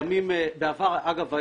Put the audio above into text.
אגב,